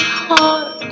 heart